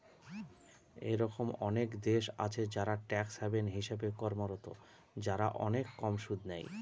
এরকম অনেক দেশ আছে যারা ট্যাক্স হ্যাভেন হিসেবে কর্মরত, যারা অনেক কম সুদ নেয়